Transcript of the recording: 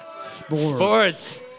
Sports